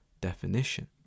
definition